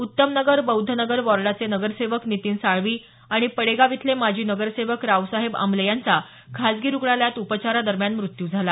उत्तम नगर बौद्ध नगर वॉर्डाचे नगरसेवक नितीन साळवी आणि पडेगाव इथले माजी नगरसेवक रावसाहेब आम्ले यांचा खासगी रुग्णालयात उपचारादरम्यान मृत्यू झाला